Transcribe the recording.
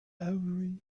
every